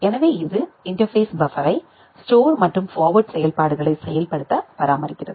எனவே இது இன்டர்பேஸ் பஃபர்ரை ஸ்டோர் மற்றும் பார்வார்ட் செயல்பாடுகளை செயல்படுத்த பராமரிக்கிறது